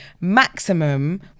Maximum